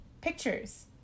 pictures